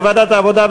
בוועדת העבודה,